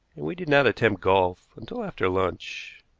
and we did not attempt golf until after lunch.